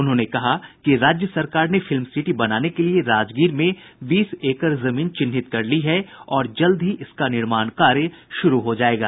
उन्होंने कहा कि राज्य सरकार ने फिल्म सिटी बनाने के लिए राजगीर में बीस एकड़ जमीन चिन्हित कर ली है और जल्द ही इसका निर्माण कार्य शुरू हो जाएगा